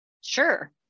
Sure